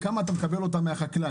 בכמה אתה מקבל אותה מהחקלאי?